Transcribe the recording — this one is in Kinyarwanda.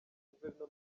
guverinoma